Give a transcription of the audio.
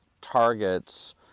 targets